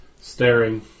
staring